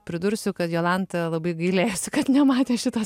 pridursiu kad jolanta labai gailėjosi kad nematė šito